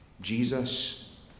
Jesus